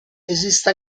esiste